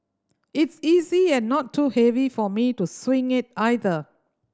it's easy and not too heavy for me to swing it either